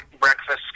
breakfast